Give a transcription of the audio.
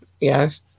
Yes